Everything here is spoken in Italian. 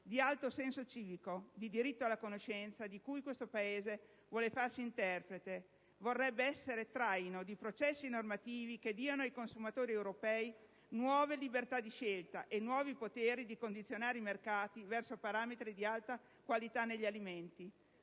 di alto senso civico e di diritto alla conoscenza di cui questo Paese vuole farsi interprete. Vorrebbe essere traino di processi normativi che diano ai consumatori europei nuove libertà di scelta e nuovi poteri di condizionare i mercati verso parametri di alta qualità negli alimenti.